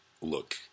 look